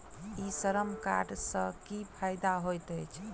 ई Shram card सँ की फायदा होइत अछि?